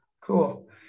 cool